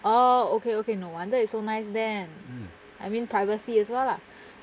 oh okay okay no wonder it's so nice there I mean privacy as well lah